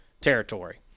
territory